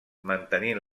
mantenint